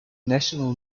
national